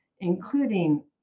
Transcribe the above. including